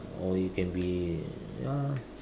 or you can be ya